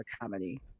comedy